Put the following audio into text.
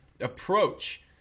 approach